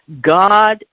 God